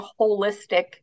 holistic